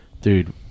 dude